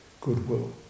goodwill